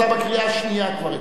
אתה כבר בקריאה השנייה אצלי.